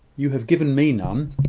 you have given me none.